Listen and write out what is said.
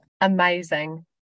Amazing